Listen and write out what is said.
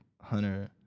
Hunter